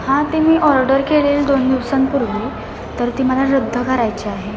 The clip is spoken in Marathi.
हां ते मी ऑर्डर केलेली दोन दिवसांपूर्वी तर ती मला रद्द करायची आहे